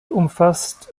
umfasst